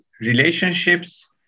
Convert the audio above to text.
relationships